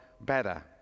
better